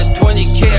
20k